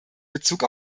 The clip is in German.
bezug